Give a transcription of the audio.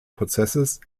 prozesses